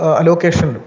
Allocation